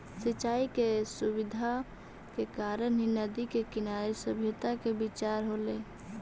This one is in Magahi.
सिंचाई के सुविधा के कारण ही नदि के किनारे सभ्यता के विकास होलइ